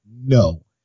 no